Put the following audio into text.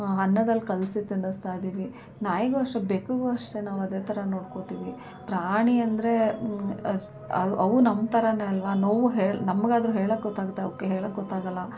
ಅನ್ನದಲ್ಲಿ ಕಲಸಿ ತಿನ್ನಿಸ್ತಾ ಇದೀವಿ ನಾಯಿಗೂ ಅಷ್ಟೇ ಬೆಕ್ಕಿಗೂ ಅಷ್ಟೇ ನಾವು ಅದೇ ಥರ ನೋಡ್ಕೊತೀವಿ ಪ್ರಾಣಿ ಅಂದರೆ ಅವು ಅವು ನಮ್ಮ ಥರ ಅಲ್ವಾ ನೋವು ಹೇ ನಮಗಾದ್ರು ಹೇಳೋಕ್ ಗೊತ್ತಾಗುತ್ತೆ ಅವಕ್ಕೆ ಹೇಳೋಕ್ ಗೊತ್ತಾಗೋಲ್ಲ